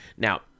Now